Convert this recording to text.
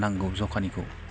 नांगौ जखानिखौ